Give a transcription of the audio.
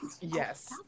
Yes